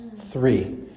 three